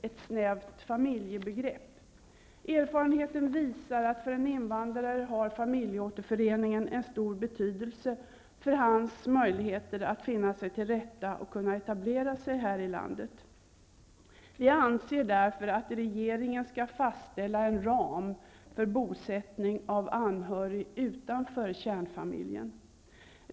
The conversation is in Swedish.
Erfarenheten visar att för en invandrare har familjeåterföreningen en stor betydelse för hans möjligheter att finna sig till rätta och kunna etablera sig här i landet. Vi anser därför att regeringen skall fastställa en ram för bosättning av anhörig utanför kärnfamiljen.